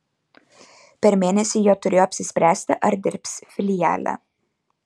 per mėnesį jie turėjo apsispręsti ar dirbs filiale